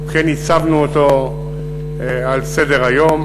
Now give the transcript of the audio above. אנחנו כן הצבנו אותו על סדר-היום,